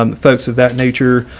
um folks of that nature,